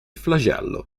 flagello